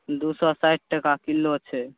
दू सए साठि टका किलो छै